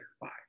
Bye